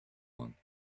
one